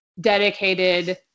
dedicated